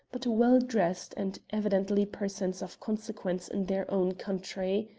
but well-dressed, and evidently persons of consequence in their own country.